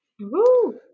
Woo